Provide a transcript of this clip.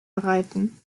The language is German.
bereiten